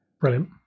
Brilliant